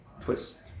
twist